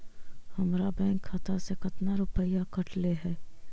हमरा बैंक खाता से कतना रूपैया कटले है?